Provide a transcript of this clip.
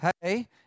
hey